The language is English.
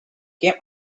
came